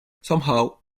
somehow